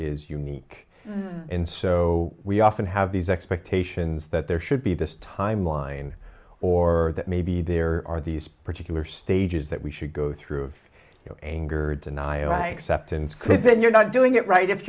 is unique and so we often have these expectations that there should be this timeline or that maybe there are these particular stages that we should go through you know anger deny i accept and then you're not doing it right if